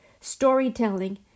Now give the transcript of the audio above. storytelling